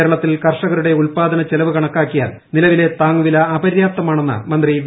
കേരളത്തിൽ കർഷകരൂട്ടെ ് ഉൽപാദനച്ചെലവ് കണക്കാക്കിയാൽ നിലവിലെ താങ്ങുവില അപര്യാപ്തമാണെന്ന് മന്ത്രി വി